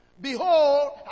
Behold